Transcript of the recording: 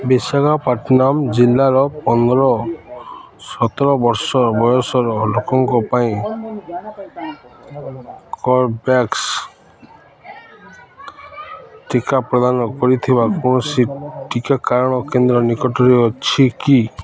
ବିଶାଖାପାଟନମ୍ ଜିଲ୍ଲାରେ ପନ୍ଦର ସତର ବର୍ଷ ବୟସର ଲୋକଙ୍କ ପାଇଁ କର୍ବେଭ୍ୟାକ୍ସ ଟିକା ପ୍ରଦାନ କରୁଥିବା କୌଣସି ଟିକାକରଣ କେନ୍ଦ୍ର ନିକଟରେ ଅଛି କି